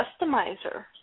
customizer